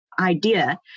idea